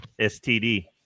STD